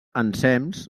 ensems